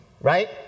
Right